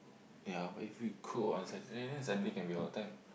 ya but if you cook on Saturday then Sunday can be our time